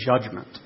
judgment